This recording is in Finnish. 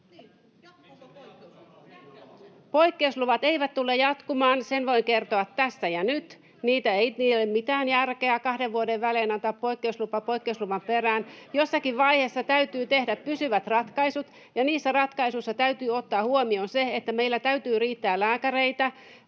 Poikkeusluvat eivät tule jatkumaan, sen voin kertoa tässä ja nyt. [Annika Saarikko: No niin!] Niitä ei ole mitään järkeä kahden vuoden välein antaa, poikkeuslupaa poikkeusluvan perään. Jossakin vaiheessa täytyy tehdä pysyvät ratkaisut, ja niissä ratkaisuissa täytyy ottaa huomioon se, että meillä täytyy riittää lääkäreitä